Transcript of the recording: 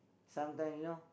sometimes you know